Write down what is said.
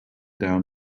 down